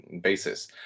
basis